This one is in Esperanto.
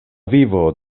vivo